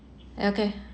okay